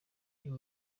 uyu